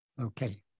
Okay